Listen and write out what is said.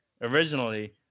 originally